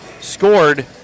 scored